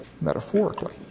metaphorically